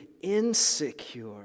insecure